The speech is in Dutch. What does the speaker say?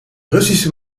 russische